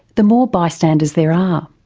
the more bystanders there are.